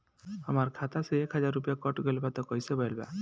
हमार खाता से एक हजार रुपया कट गेल बा त कइसे भेल बा?